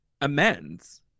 amends